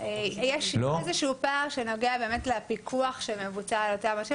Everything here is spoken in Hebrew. יש איזשהו פער שנוגע לפיקוח שמבוצע על אותם אנשים,